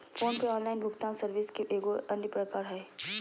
phone पे online भुगतान service के एगो अन्य प्रकार हय